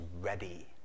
ready